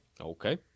Okay